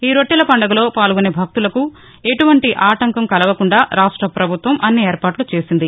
ఈ రొట్టెల పండుగలో పాల్గొనే భక్తులకు ఎటువంటి ఆటంకం కలగకుండా రాష్ట ప్రభుత్వం అన్ని ఏర్పాట్లు చేసింది